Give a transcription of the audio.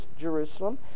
Jerusalem